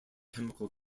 chemical